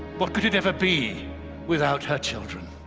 what could it ever be without her children?